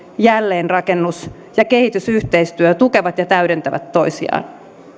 jälleenrakennus ja kehitysyhteistyö tukevat ja täydentävät toisiaan